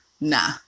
Nah